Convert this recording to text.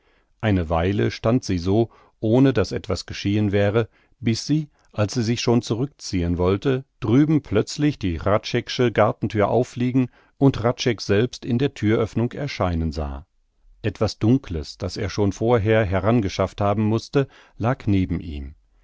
eine weile stand sie so ohne daß etwas geschehen wäre bis sie als sie sich schon zurückziehn wollte drüben plötzlich die hradscheck'sche gartenthür auffliegen und hradscheck selbst in der thüröffnung erscheinen sah etwas dunkles das er schon vorher herangeschafft haben mußte lag neben ihm